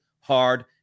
hard